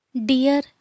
Dear